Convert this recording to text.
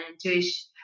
Jewish